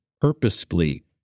purposefully